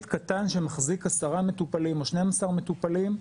קטן שמחזיק 10 מטופלים או 12 מטופלים,